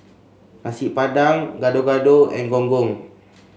Nasi Padang Gado Gado and Gong Gong